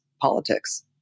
politics